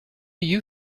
you